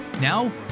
Now